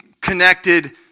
connected